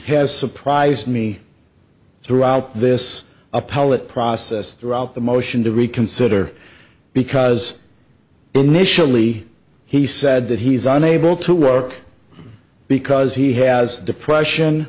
has surprised me throughout this appellate process throughout the motion to reconsider because initially he said that he's unable to work because he has depression